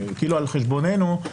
על חשבוננו,